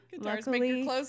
Luckily